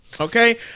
Okay